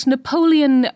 Napoleon